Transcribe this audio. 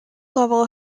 level